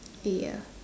ya